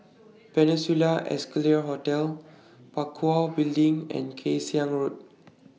Peninsula Excelsior Hotel Parakou Building and Kay Siang Road